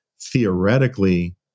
theoretically